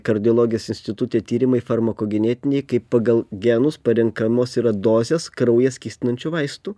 kardiologijos institute tyrimai farmakogenetiniai kai pagal genus parenkamos yra dozės kraują skystinančių vaistų